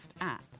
app